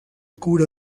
cura